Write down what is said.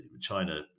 China